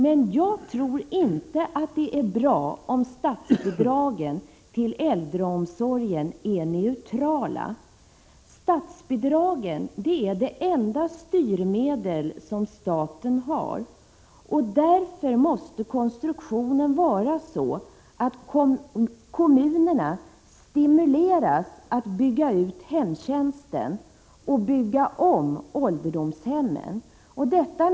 Men jag tror inte att det är bra om statsbidragen till äldreomsorgen är neutrala. Statsbidragen är de enda styrmedel som staten har. Därför måste konstruktionen vara sådan att kommunerna stimuleras att bygga ut hemtjänsten och bygga om ålderdomshemmen.